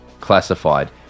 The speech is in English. classified